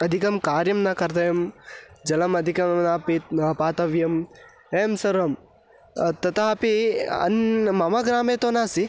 अधिकं कार्यं न कर्तव्यं जलम् अधिकं न पी ना पातव्यम् एवं सर्वं तथापि अन् मम ग्रामे तु नास्ति